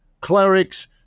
clerics